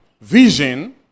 Vision